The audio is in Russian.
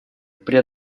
при